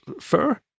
fur